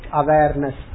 awareness